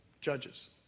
Judges